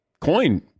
coin